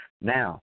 Now